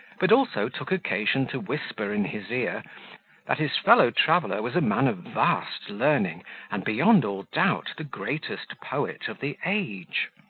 but also took occasion to whisper in his ear that his fellow-traveller was a man of vast learning and, beyond all doubt, the greatest poet of the age.